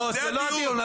לא, זה לא הדיון.